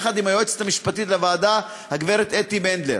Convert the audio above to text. יחד עם היועצת המשפטית לוועדה הגברת אתי בנדלר.